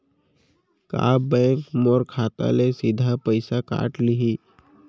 का बैंक मोर खाता ले सीधा पइसा काट लिही?